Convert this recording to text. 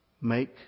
Make